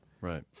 Right